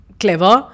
clever